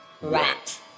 rat